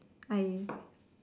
I